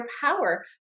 power